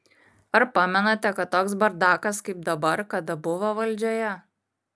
ar pamenate kad toks bardakas kaip dabar kada buvo valdžioje